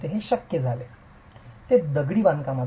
हे शक्य आहे ते दगडी बांधकामात आहे